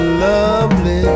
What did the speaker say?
lovely